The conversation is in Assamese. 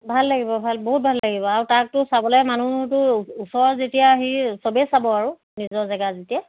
ভাল লাগিব ভাল বহুত ভাল লাগিব আৰু তাকতো চাবলৈ মানুহটো ওচৰৰ যেতিয়া আহি সবেই চাব আৰু নিজৰ জেগা যেতিয়া